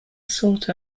sought